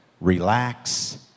relax